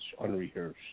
unrehearsed